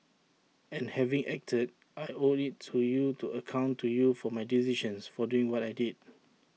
and having acted I owe IT to you to account to you for my decisions for doing what I did